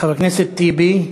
חבר הכנסת טיבי?